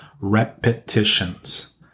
repetitions